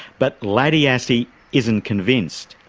but laddie assey isn't convinced.